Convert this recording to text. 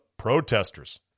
Protesters